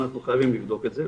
אנחנו חייבים לבדוק את זה,